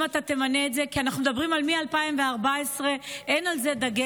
אם אתה תמנה את זה, כי מ-2014 אין על זה דגש.